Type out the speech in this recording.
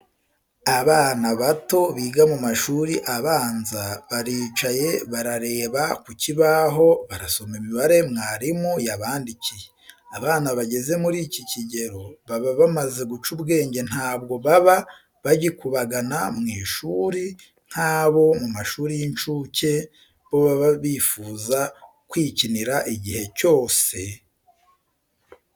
Abana bato biga mu mashuri abanza, baricaye barareba ku kibaho barasoma imibare mwarimu yabandikiye. Abana bageze muri iki kigero baba bamaze guca ubwenge ntabwo baba bagikubagana mu ishuri nk'abo mu mashuri y'incuke , bo baba bifuza kwikinira igihe cyose.